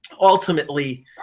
ultimately